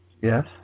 Yes